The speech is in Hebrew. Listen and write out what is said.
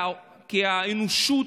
כי האנושות,